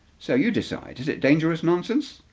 so you decide is it dangerous nonsense.